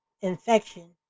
infection